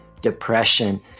depression